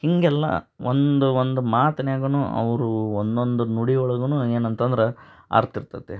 ಹೀಗೆಲ್ಲ ಒಂದು ಒಂದು ಮಾತ್ನಾಗುನು ಅವ್ರು ಒಂದೊಂದು ನುಡಿ ಒಳಗು ಏನು ಅಂತಂದ್ರೆ ಅರ್ಥ ಇರ್ತತಿ